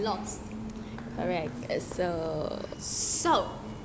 so